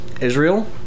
Israel